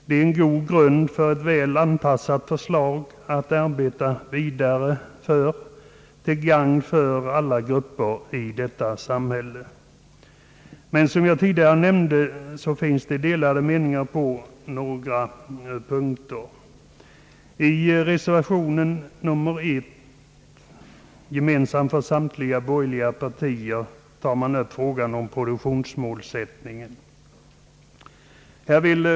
Det är en god grund med väl avvägda förslag som man kan arbeta vidare för, till gagn för alla grupper i vårt samhälle. Men på några punkter finns som sagt delade meningar. Den för samtliga borgerliga partier gemensamma reservation 1 tar upp frågan om produktionsmålsättningen.